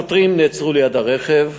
השוטרים נעצרו ליד הרכב,